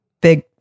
big